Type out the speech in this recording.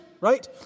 right